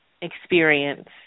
experience